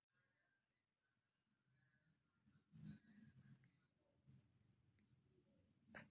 भीम से यू.पी.आई में रूपए कैसे भेजें?